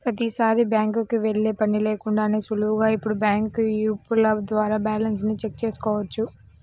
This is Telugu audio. ప్రతీసారీ బ్యాంకుకి వెళ్ళే పని లేకుండానే సులువుగా ఇప్పుడు బ్యాంకు యాపుల ద్వారా బ్యాలెన్స్ ని చెక్ చేసుకోవచ్చు